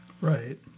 Right